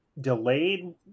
delayed